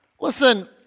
Listen